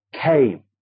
came